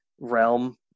realm